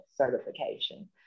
certification